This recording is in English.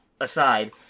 aside